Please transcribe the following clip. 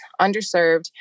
underserved